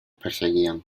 perseguían